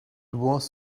was